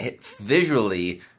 visually